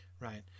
right